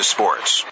Sports